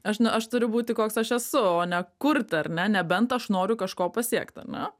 aš ne aš turiu būti koks aš esu o ne kurti ar ne nebent aš noriu kažko pasiekti ar ne